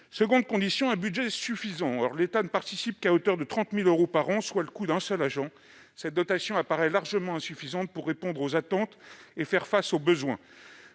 condition : il faut un budget suffisant. Or l'État ne participe qu'à hauteur de 30 000 euros par an, soit le coût d'un seul agent. Cette dotation apparaît largement insuffisante pour répondre aux attentes et faire face aux besoins.